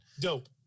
Dope